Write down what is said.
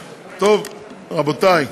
רבותי,